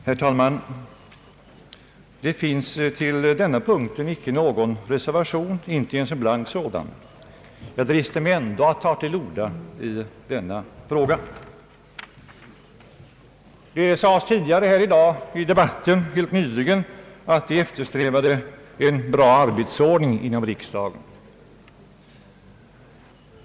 Herr talman! Det finns till denna punkt inte någon reservation, inte ens en blank sådan. Jag dristar mig ändå att ta till orda i denna fråga. Det sades helt nyligen i debatten här i dag, att vi eftersträvade en bra arbetsordning inom riksdagen.